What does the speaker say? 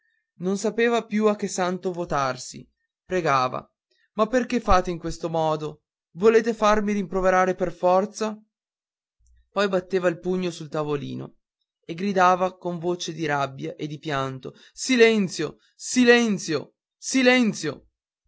non sapeva più a che santo votarsi pregava ma perché fate in codesto modo volete farmi rimproverare per forza poi batteva il pugno sul tavolino e gridava con voce di rabbia e di pianto silenzio silenzio silenzio